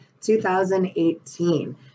2018